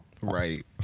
Right